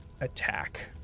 attack